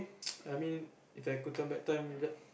I mean If I could turn back time